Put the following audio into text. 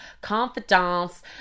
confidence